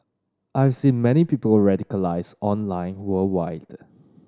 I've seen many people radicalised online worldwide